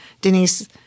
Denise